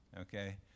okay